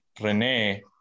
Rene